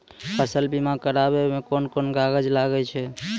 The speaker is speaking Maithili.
फसल बीमा कराबै मे कौन कोन कागज लागै छै?